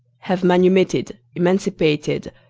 have manumitted, emancipated,